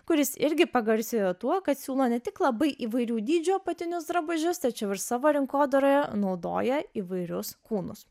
kuris irgi pagarsėjo tuo kad siūlo ne tik labai įvairių dydžio apatinius drabužius tačiau ir savo rinkodaroje naudoja įvairius kūnus